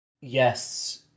yes